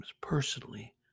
personally